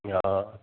हा